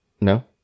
No